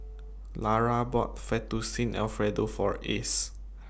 Lara bought Fettuccine Alfredo For Ace